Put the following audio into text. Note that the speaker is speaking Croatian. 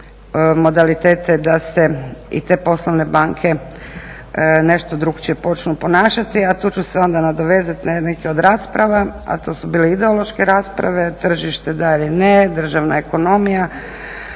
modalitete da se i te poslovne banke nešto drukčije počnu ponašati. A tu ću se onda nadovezati na neke od rasprava, a to su bile ideološke rasprave, tržište da ili ne, državna ekonomija,